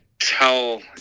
tell